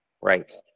right